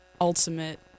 ultimate